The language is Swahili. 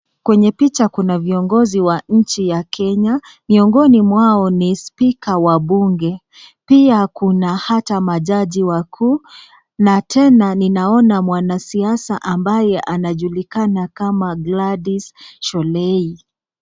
Kwenye picha kuna viongozi wa nchi ya Kenya. Miongoni mwao ni spika wa bunge, pia kuna hata majaji wakuu na tena ninaona mwanasiasa ambaye anajulikana kama Gladys Sholei.